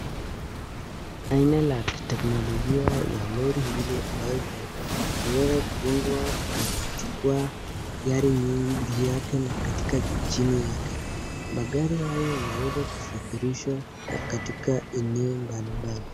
Aina la kiteknolojia ya lori hili ambavyo ime wezwa kundwa kwenye jukwa gari nyingi juu yake na katika chini yake. Magari haya yana weza kusafirisha katika eneo mbali mbali.